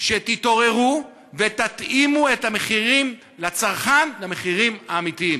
שתתעוררו ותתאימו את המחירים לצרכן למחירים האמיתיים.